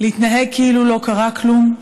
להתנהג כאילו לא קרה כלום,